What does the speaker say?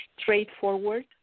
straightforward